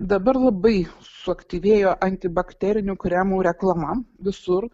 dabar labai suaktyvėjo antibakterinių kremų reklama visur